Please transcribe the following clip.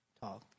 talk